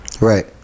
right